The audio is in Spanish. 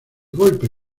golpe